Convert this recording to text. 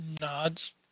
nods